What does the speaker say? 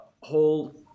whole